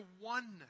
oneness